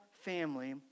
family